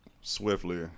swiftly